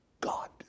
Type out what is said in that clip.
God